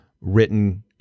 written